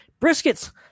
briskets